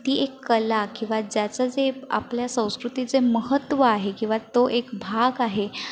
ती एक कला किवा ज्याचं जे आपल्या संस्कृतीचं महत्त्व आहे किवा तो एक भाग आहे